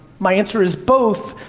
my answer is both,